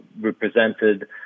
represented